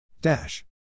Dash